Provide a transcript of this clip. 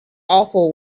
awful